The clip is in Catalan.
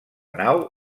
nau